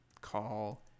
call